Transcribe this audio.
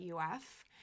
UF